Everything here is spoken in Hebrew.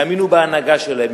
יאמינו בהנהגה שלהם,